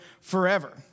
forever